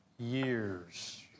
Years